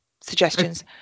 suggestions